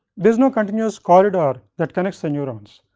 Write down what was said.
there is no continuous corridor that connects the neurons,